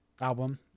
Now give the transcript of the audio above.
album